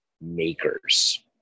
makers